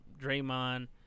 Draymond